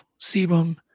sebum